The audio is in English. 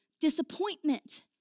disappointment